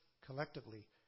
collectively